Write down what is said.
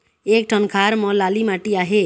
एक ठन खार म लाली माटी आहे?